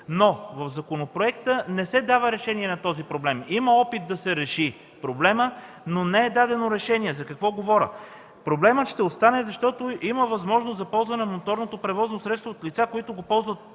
Със законопроекта не се дава решение на този проблем. Има опит да се реши проблемът, но решение не е дадено. Проблемът ще остане, защото има възможност за ползване на моторното превозно средство от лица, които го ползват